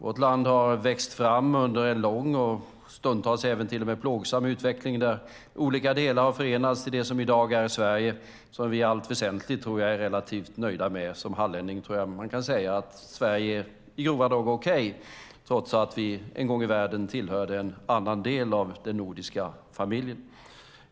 Vårt land har växt fram under en lång och stundtals till och med plågsam utveckling där olika delar har förenats till det som i dag är Sverige, som jag tror att vi i allt väsentligt är relativt nöjda med. Som hallänning tror jag att jag kan säga att Sverige i grova drag är okej, trots att vi en gång i världen tillhörde en annan del av den nordiska familjen.